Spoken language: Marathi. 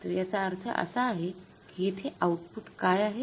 तर याचा अर्थ असा आहे की येथे आउटपुट काय आहे